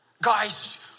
Guys